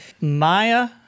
Maya